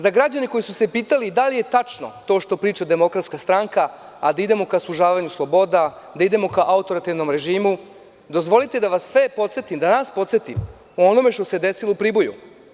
Za građane koji su se pitali da li je tačno to što priča DS, a da idemo ka sužavanju sloboda, da idemo ka autorativnom režimu, dozvolite da vas sve podsetim o onome što se desilo u Priboju.